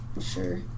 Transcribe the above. Sure